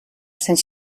cents